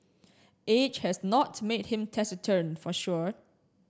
age has not made him taciturn for sure